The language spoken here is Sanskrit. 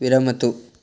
विरमतु